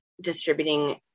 distributing